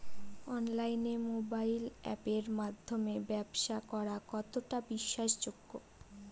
অনলাইনে মোবাইল আপের মাধ্যমে ব্যাবসা করা কতটা বিশ্বাসযোগ্য?